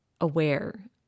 aware